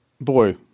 Boy